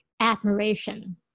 admiration